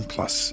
Plus